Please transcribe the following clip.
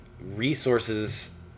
resources